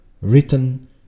written